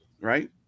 right